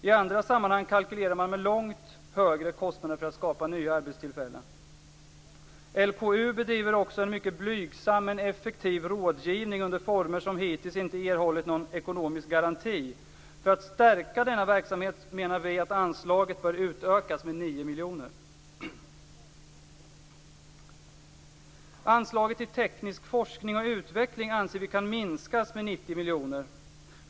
I andra sammanhang kalkylerar man med långt högre kostnader för att skapa nya arbetstillfällen. LKU bedriver också en mycket blygsam men effektiv rådgivning under former som hittills inte erhållit någon ekonomisk garanti. För att stärka denna verksamhet menar vi att anslaget bör utökas med 9 miljoner. Anslaget till teknisk forskning och utveckling anser vi kan minskas med 90 miljoner.